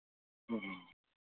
ह्म्म